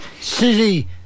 City